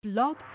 Blog